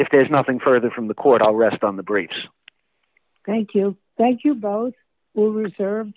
f there's nothing further from the court i'll rest on the brakes thank you thank you both will reserve